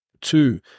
Two